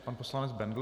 Pan poslanec Bendl.